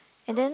and then